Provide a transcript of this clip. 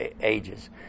ages